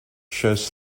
shows